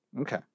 Okay